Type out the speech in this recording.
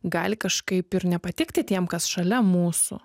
gali kažkaip ir nepatikti tiem kas šalia mūsų